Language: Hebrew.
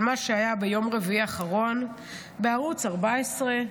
על מה שהיה ביום רביעי האחרון בערוץ 14,